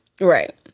Right